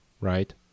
Right